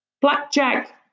Blackjack